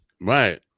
Right